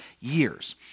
years